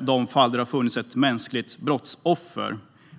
de fall där det funnits ett mänskligt brottsoffer.